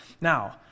Now